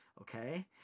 okay